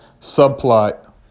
subplot